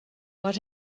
what